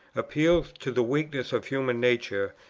appeals to the weaknesses of human nature,